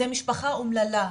זה משפחה אומללה,